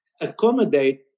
accommodate